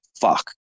fuck